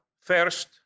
first